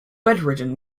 bedridden